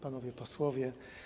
Panowie Posłowie!